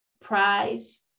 Prize